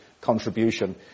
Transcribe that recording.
contribution